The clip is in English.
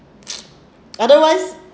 otherwise